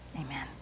Amen